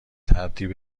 ترتیب